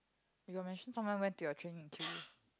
you got mention someone went to your training and kill you